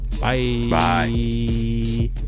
Bye